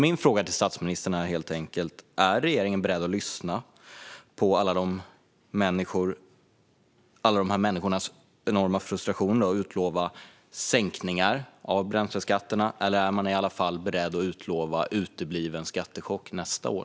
Min fråga till statsministern är helt enkelt: Är regeringen beredd att lyssna på alla dessa människors enorma frustration och utlova sänkningar av bränsleskatterna, eller är man i alla fall beredd att utlova utebliven skattechock nästa år?